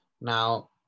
Now